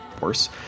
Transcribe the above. worse